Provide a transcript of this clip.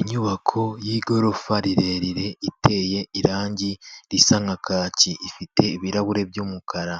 Inyubako y'igorofa rirerire, iteye irangi risa nka kaki, ifite ibirahure by'umukara.